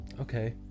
okay